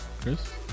Chris